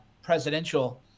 presidential